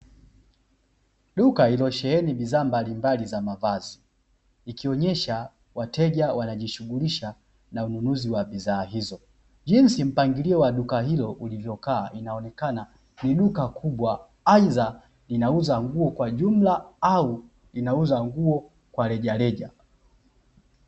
Duka iliyosheheni bidhaa mbalimbali za mavazi, ikionyesha wateja wanajishughulisha na ununuzi wa bidhaa hizo, jinsi mpangilio wa duka hilo ulivyokaa inaonekana ni duka kubwa aidha: linauza nguo kwa jumla, au linauza nguo kwa rejareja.